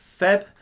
feb